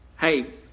hey